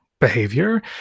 behavior